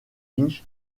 lynch